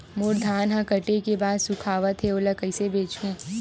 मोर धान ह काटे के बाद सुखावत हे ओला कइसे बेचहु?